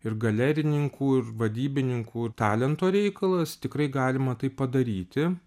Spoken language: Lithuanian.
ir galerininkų ir vadybininkų talento reikalas tikrai galima tai padaryti